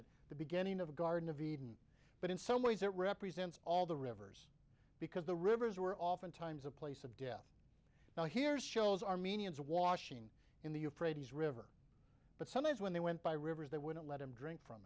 at the beginning of the garden of eden but in some ways it represents all the rivers because the rivers were oftentimes a place of death now here shows armenians washing in the euphrates river but sometimes when they went by rivers they wouldn't let him drink from